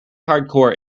hardcore